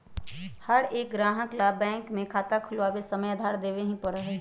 हर एक ग्राहक ला बैंक में खाता खुलवावे समय आधार देवे ही पड़ा हई